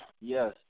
Yes